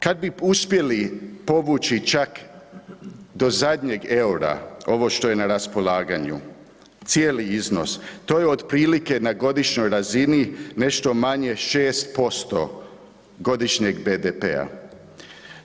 Kada bi uspjeli povući čak do zadnjeg eura ovo što je na raspolaganju, cijeli iznos, to je otprilike na godišnjoj razini nešto manje 6% godišnjeg BDP-a.